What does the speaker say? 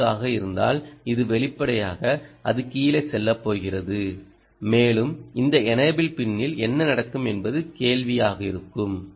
9 ஆக இருந்தால் இது வெளிப்படையாக அது கீழே செல்லப் போகிறது மேலும் இந்த எனேபிள் பின்னில் என்ன நடக்கும் என்பது கேள்வியாக இருக்கும்